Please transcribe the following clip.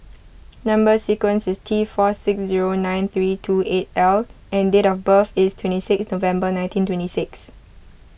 Number Sequence is T four six zero nine three two eight L and date of birth is twenty six November nineteen twenty six